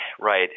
right